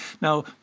now